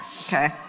Okay